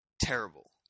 terrible